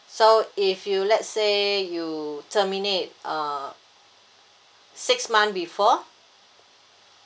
so if you let's say you terminate uh six month before